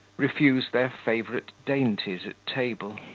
refuse their favourite dainties at table.